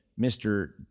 mr